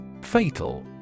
Fatal